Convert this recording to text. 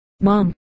Mom